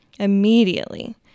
immediately